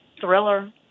Thriller